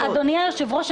אדוני היושב-ראש,